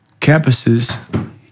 campuses